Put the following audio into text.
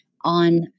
on